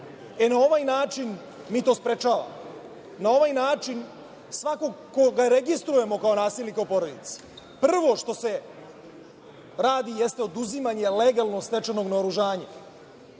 E, na ovaj način mi to sprečavamo. Na ovaj način svako koga registrujemo kao nasilnika u porodici, prvo što se radi jeste oduzimanje legalno stečenog naoružanja